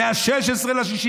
מ-16 ביוני.